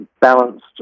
balanced